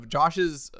Josh's